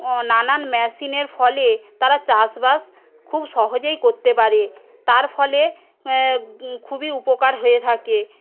নানান মেশিনের ফলে তারা চাষ বাস খুব সহজেই করতে পারে তার ফলে খুবই উপকার হয়ে থাকে